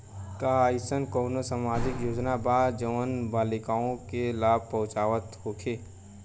का एइसन कौनो सामाजिक योजना बा जउन बालिकाओं के लाभ पहुँचावत होखे?